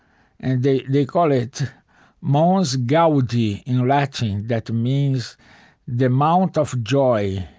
and they they call it mons gaudi in latin. that means the mount of joy.